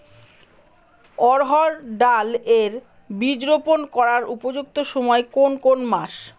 অড়হড় ডাল এর বীজ রোপন করার উপযুক্ত সময় কোন কোন মাস?